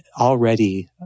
already